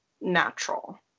natural